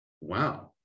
wow